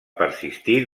persistir